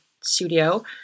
studio